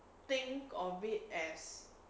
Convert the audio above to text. think of it as